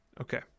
Okay